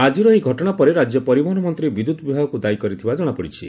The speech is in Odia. ଆକିର ଏହି ଘଟଣା ପରେ ରାଜ୍ୟ ପରିବହନ ମନ୍ତୀ ବିଦ୍ୟତ୍ ବିଭାଗକୁ ଦାୟୀ କରିଥିବା ଜଶାପଡ଼ିଛି